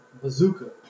bazooka